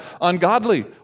ungodly